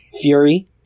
fury